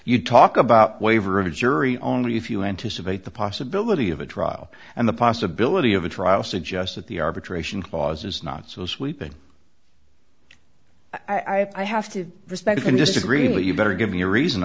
you talk about waiver of a jury only if you anticipate the possibility of a trial and the possibility of a trial suggests that the arbitration clause is not so sweeping i have to respect and just really you better give me a reason